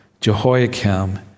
Jehoiakim